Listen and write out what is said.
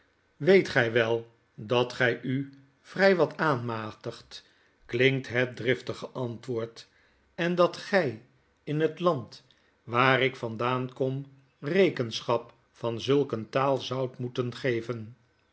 jweet gy wel dat gy u vry wataanmatigt klinkt het driftige antwoord en dat gy in het land waar ik vandaan kom rekenschap van zulk een taal zoudt moeten geven